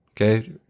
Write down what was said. Okay